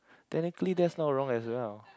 technically that's not wrong as well